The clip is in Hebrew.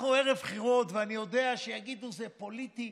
אנחנו ערב בחירות, ואני יודע שיגידו שזה פוליטי,